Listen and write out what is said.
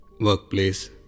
workplace